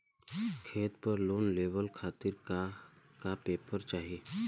खेत पर लोन लेवल खातिर का का पेपर चाही?